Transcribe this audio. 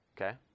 Okay